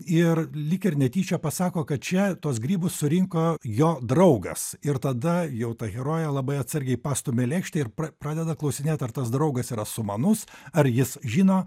ir lyg ir netyčia pasako kad čia tuos grybus surinko jo draugas ir tada jau ta herojė labai atsargiai pastumia lėkštę ir pra pradeda klausinėti ar tas draugas yra sumanus ar jis žino